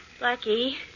Lucky